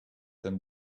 them